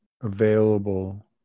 available